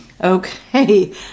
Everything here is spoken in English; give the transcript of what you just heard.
okay